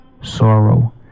sorrow